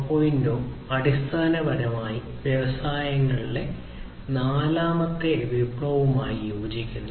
0 അടിസ്ഥാനപരമായി വ്യവസായങ്ങളിലെ നാലാമത്തെ വിപ്ലവവുമായി യോജിക്കുന്നു